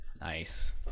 Nice